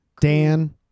Dan